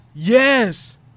Yes